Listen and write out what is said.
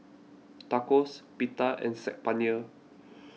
Tacos Pita and Saag Paneer